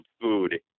food